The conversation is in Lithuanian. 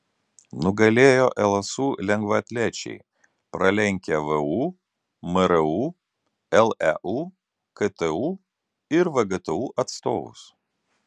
nugalėjo lsu lengvaatlečiai pralenkę vu mru leu ktu ir vgtu atstovus